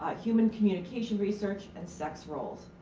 ah human communication research, and sex roles.